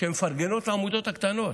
מפרגנות לעמותות הקטנות.